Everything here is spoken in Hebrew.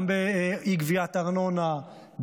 גם באי-גביית ארנונה,